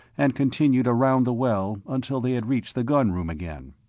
and continued around the well until they had reached the gun room again.